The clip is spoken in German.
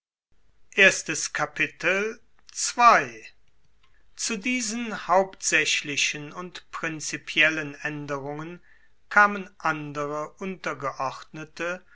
zu diesen hauptsaechlichen und prinzipiellen aenderungen kamen andere untergeordnete